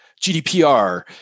GDPR